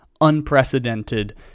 unprecedented